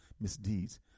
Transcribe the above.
misdeeds